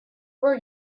were